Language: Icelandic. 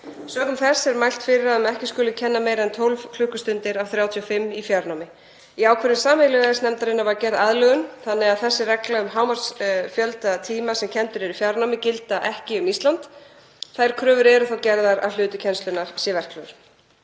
Sökum þess er mælt fyrir um að ekki skuli kenna meira en 12 klukkustundir af 35 í fjarnámi. Í ákvörðun sameiginlegu EES-nefndarinnar var gerð aðlögun þannig að þessi regla um hámarksfjölda tíma sem kenndir eru í fjarnámi gildir ekki um Ísland. Þær kröfur eru þó gerðar að hluti kennslunnar sé verklegur.